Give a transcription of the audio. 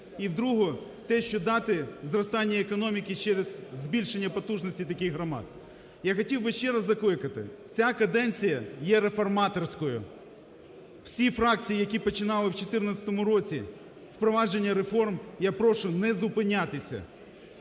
і в другу – те, щоб дати зростання економіки через збільшення потужності таких громад. Я хотів би ще раз закликати: ця каденція є реформаторською. Всі фракції, які починали у 2014 році впровадження реформ, я прошу не зупинятися.